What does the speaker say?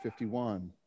51